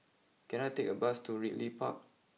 can I take a bus to Ridley Park